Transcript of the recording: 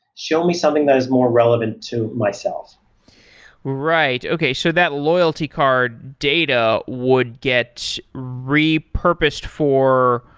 show me something that is more relevant to myself right. okay. so that loyalty card data would get repurposed for,